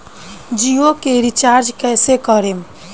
जियो के रीचार्ज कैसे करेम?